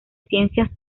ciencias